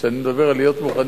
וכשאני מדבר על להיות מוכנים,